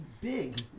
big